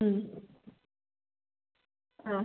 ആ